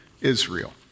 Israel